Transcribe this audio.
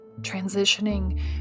transitioning